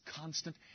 constant